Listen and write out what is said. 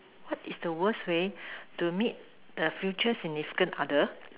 what is the worst way to meet a future significant other